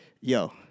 yo